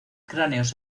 cráneos